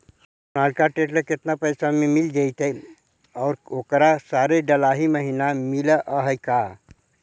Sonalika tractor केतना पैसा में मिल जइतै और ओकरा सारे डलाहि महिना मिलअ है का?